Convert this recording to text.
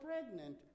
pregnant